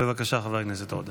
בבקשה, חבר הכנסת עודה.